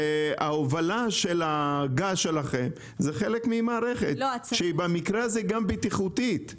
וההובלה של הגז שלכם זה חלק ממערכת שהיא במקרה הזה גם בטיחותית.